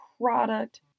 product